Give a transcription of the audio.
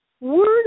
word